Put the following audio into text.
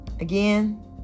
again